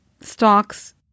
stocks